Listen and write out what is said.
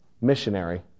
Missionary